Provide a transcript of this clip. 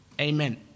Amen